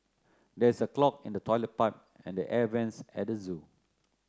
there is a clog in the toilet pipe and the air vents at the zoo